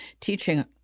teaching